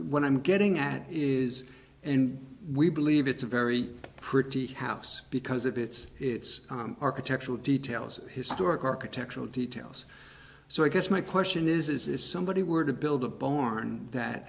what i'm getting at is and we believe it's a very pretty house because of its its architectural details of historic architectural details so i guess my question is if somebody were to build a barn that